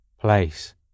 place